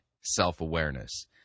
self-awareness